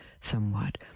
somewhat